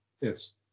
yes